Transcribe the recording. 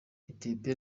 ethiopia